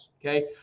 Okay